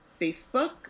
Facebook